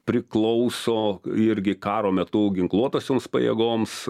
priklauso irgi karo metu ginkluotosioms pajėgoms